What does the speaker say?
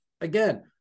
Again